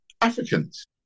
Africans